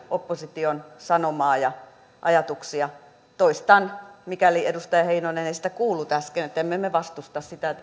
opposition sanomaa ja ajatuksia toistan mikäli edustaja heinonen ei sitä kuullut äsken että emme me vastusta sitä